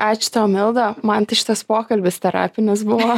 ačiū tau milda man tai šitas pokalbis terapinis buvo